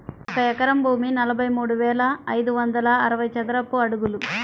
ఒక ఎకరం భూమి నలభై మూడు వేల ఐదు వందల అరవై చదరపు అడుగులు